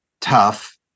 tough